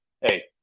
hey